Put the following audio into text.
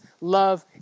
love